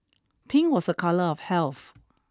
pink was a colour of health